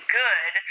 good